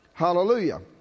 Hallelujah